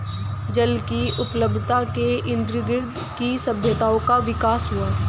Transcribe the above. जल की उपलब्धता के इर्दगिर्द ही सभ्यताओं का विकास हुआ